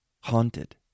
haunted